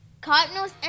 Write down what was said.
Cardinals